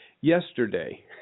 Yesterday